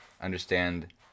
understand